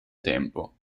tempo